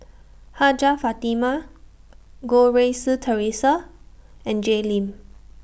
Hajjah Fatimah Goh Rui Si Theresa and Jay Lim